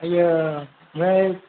आइया है